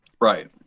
right